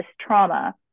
trauma